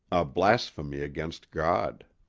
a blasphemy against god.